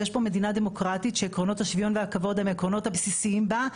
יש פה מדינה דמוקרטית שעקרונות השוויון והכבוד הם העקרונות הבסיסיים בה,